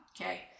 okay